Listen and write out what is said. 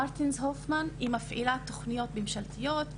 מרטינס הופמן היא מפעילה תוכניות ממשלתיות,